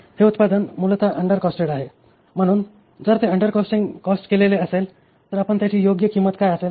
हे उत्पादन मूलत अंडर कॉस्टेड आहे म्हणून जर ते अंडर कॉस्ट केलेले असेल तर आपण त्याची योग्य किंमत काय असेल